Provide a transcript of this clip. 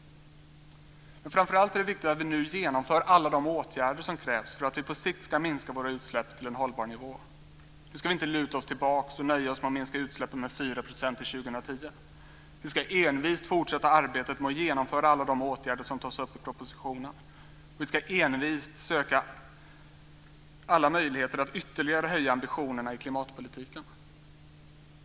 Framför allt är det viktigt att vi nu vidtar alla de åtgärder som krävs för att vi på sikt ska minska våra utsläpp till en hållbar nivå. Nu ska vi inte luta oss tillbaka och nöja oss med att minska utsläppen med 4 % till år 2010, utan vi ska envist fortsätta arbetet med att vidta alla de åtgärder som nämns i propositionen. Vi ska också envist söka alla möjligheter att ytterligare höja ambitionerna i klimatpolitiken.